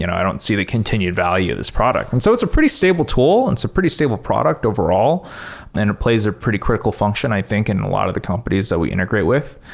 you know i don't see the continued value of this product. and so it's a pretty stable tool. and it's a pretty stable product overall and it plays a pretty critical function i think and in a lot of the companies that we integrate with.